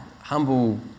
humble